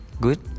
Good